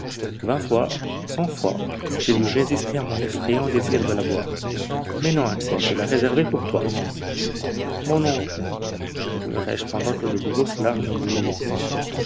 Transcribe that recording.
vingt fois cent fois j'ai dû résister à mon effrayant désir de la boire mais non axel je la réservais pour toi mon oncle murmurai-je pendant que de grosses larmes mouillaient mes yeux